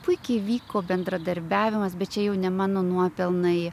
puikiai vyko bendradarbiavimas bet čia jau ne mano nuopelnai